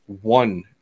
one